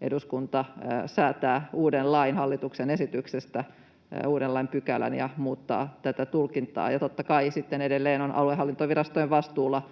eduskunta säätää hallituksen esityksestä uuden lain pykälän ja muuttaa tätä tulkintaa, ja totta kai sitten edelleen on aluehallintovirastojen vastuulla